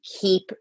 keep